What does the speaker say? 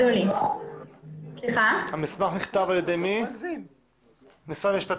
על ידי משרד המשפטים.